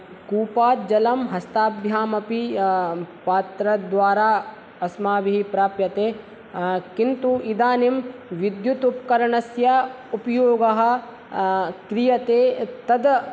कूपात् जलं हस्ताभ्यामपि पात्रद्वारा अस्माभिः प्राप्यते किन्तु इदानीं विद्युत् उपकरणस्य उपयोगः क्रियते तद्